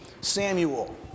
Samuel